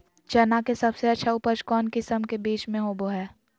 चना के सबसे अच्छा उपज कौन किस्म के बीच में होबो हय?